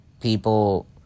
people